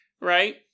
right